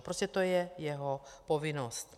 Prostě to je jeho povinnost.